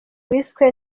wiswe